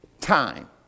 time